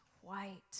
white